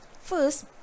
First